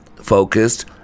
focused